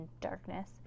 darkness